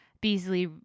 Beasley